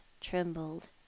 trembled